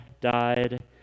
died